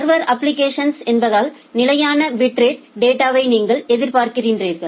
சா்வா்அப்ளிகேஸன் என்பதால் நிலையான பிட்ரேடில் டேட்டாவை நீங்கள் எதிர்பார்க்கிறீர்கள்